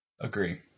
Agree